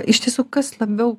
iš tiesų kas labiau